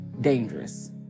dangerous